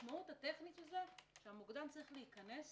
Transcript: המשמעות הטכנית שהמוקדן צריך להיכנס